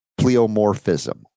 Pleomorphism